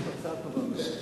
זו הצעה טובה.